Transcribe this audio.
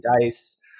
dice